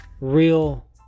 real